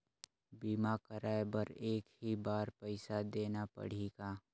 बीमा कराय बर एक ही बार पईसा देना पड़ही का?